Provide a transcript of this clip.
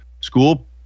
school